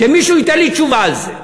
שמישהו ייתן לי תשובה על זה,